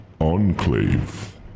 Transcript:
enclave